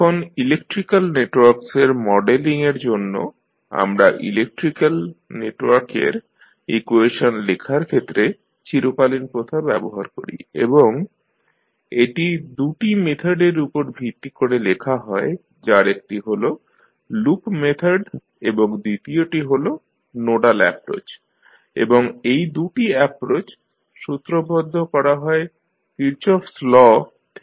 এখন ইলেক্ট্রিক্যাল নেটওয়ার্কসের মডেলিং এর জন্য আমরা ইলেক্ট্রিক্যাল নেটওয়ার্ক এর ইকুয়েশন লেখার ক্ষেত্রে চিরকালীন প্রথা ব্যবহার করি এবং এটি দু'টি মেথড এর উপর ভিত্তি করে লেখা হয় যার একটি হল লুপ মেথড এবং দ্বিতীয়টি হল নোডাল অ্যাপ্রোচ এবং এই দু'টি অ্যাপ্রোচ সূত্রবদ্ধ করা হয় কির্চফ'স ল Kirchhoff's law থেকে